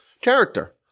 character